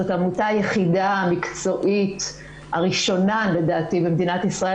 זאת העמותה היחידה המקצועית הראשונה לדעתי במדינת ישראל